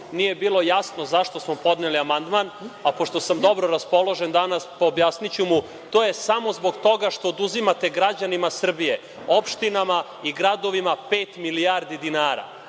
nije bilo jasno zašto smo podneli amandman, a pošto sam dobro raspoložen danas, objasniću mu. To je samo zbog toga što oduzimate građanima Srbije, opštinama i gradovima pet milijardi dinara.